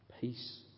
Peace